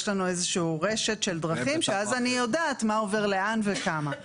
יש לנו איזו שהיא רשת של דרכים שאז אני יודעת מה עובר לאן וכמה.